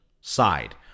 side